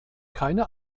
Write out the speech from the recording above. keine